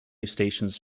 stations